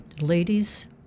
Ladies